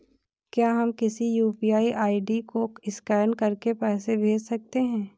क्या हम किसी यू.पी.आई आई.डी को स्कैन करके पैसे भेज सकते हैं?